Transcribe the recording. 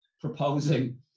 proposing